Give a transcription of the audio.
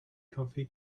comfy